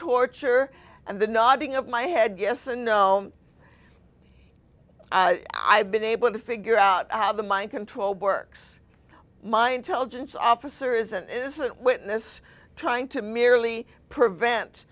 torture and the nodding of my head yes and no i've been able to figure out how the mind control works my intelligence officer isn't isn't witness trying to merely prevent